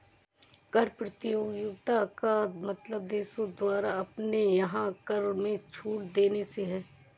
कर प्रतियोगिता का मतलब देशों द्वारा अपने यहाँ कर में छूट देने से है